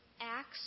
Acts